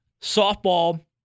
Softball